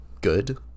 good